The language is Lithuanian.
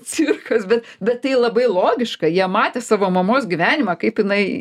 cirkas bet bet tai labai logiška jie matė savo mamos gyvenimą kaip jinai